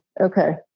Okay